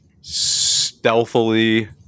stealthily